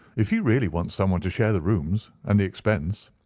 if he really wants someone to share the rooms and the expense,